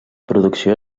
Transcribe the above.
producció